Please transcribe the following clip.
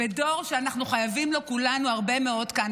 דור שאנחנו חייבים לו כולנו הרבה מאוד כאן,